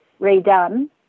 redone